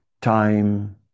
time